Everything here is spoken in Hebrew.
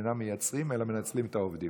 אינם מייצרים אלא מנצלים את העובדים,